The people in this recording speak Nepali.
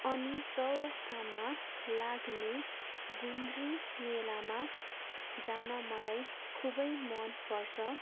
अनि चौरस्तामा लाग्ने गुन्द्री मेलामा जान मलाई खुबै मन पर्छ